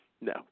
no